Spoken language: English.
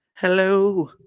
Hello